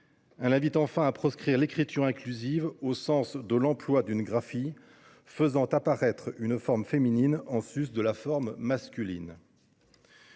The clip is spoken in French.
invite à proscrire l’écriture inclusive et l’emploi d’une graphie faisant apparaître une forme féminine en sus de la forme masculine.